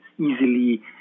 easily